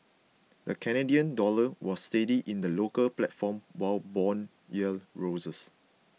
the Canadian dollar was steady in the local platform while bond yields rose